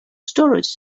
storage